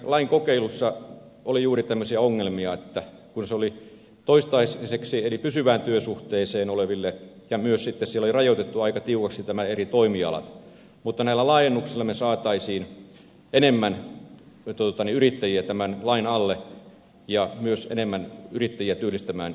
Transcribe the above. lain kokeilussa oli juuri tämmöisiä ongelmia kun se oli toistaiseksi eli pysyvässä työsuhteessa oleville ja myös sitten siellä oli rajoitettu aika tiukoiksi nämä eri toimialat mutta näillä laajennuksilla me saisimme enemmän yrittäjiä tämän lain alle ja myös enemmän yrittäjiä työllistämään ihmisiä